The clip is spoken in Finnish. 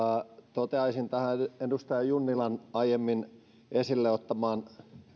toteaisin tästä edustaja junnilan aiemmin esille ottamasta